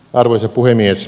arvoisa puhemies